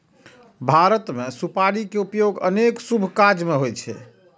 भारत मे सुपारी के उपयोग अनेक शुभ काज मे होइ छै